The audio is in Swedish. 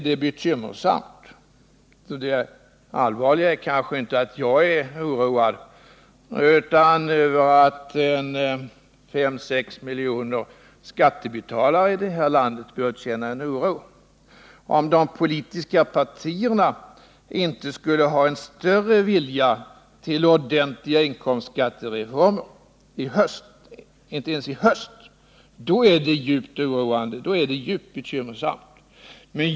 Det allvarliga är kanske inte att jag är oroad utan att det är 5-6 miljoner skattebetalare i det här landet som bör känna en oro. Om de politiska partierna inte ens i höst skulle ha en större vilja till ordentliga inkomstskattereformer, är det djupt bekymmersamt och oroande.